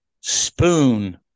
Spoon